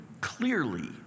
clearly